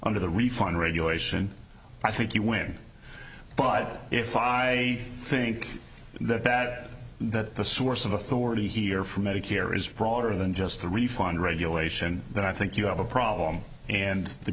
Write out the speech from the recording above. under the refund regulation i think you win but if i think the bet that the source of authority here for medicare is broader than just the refund regulation that i think you have a problem and the